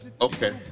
Okay